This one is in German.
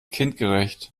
kindgerecht